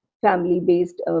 family-based